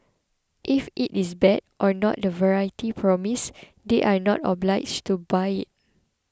if it is bad or not the variety promised they are not obliged to buy it